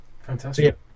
fantastic